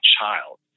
child